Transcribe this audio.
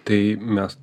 tai mes